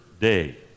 day